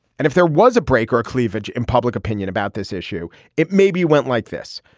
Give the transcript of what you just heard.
and if there was a break or cleavage in public opinion about this issue it maybe went like this.